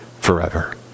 forever